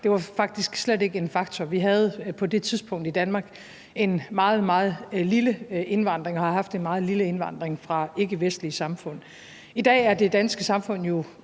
Det var faktisk slet ikke en faktor. Vi havde på det tidspunkt i Danmark en meget, meget lille indvandring og havde haft en meget lille indvandring fra ikkevestlige samfund. I dag er det danske samfund jo